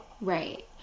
right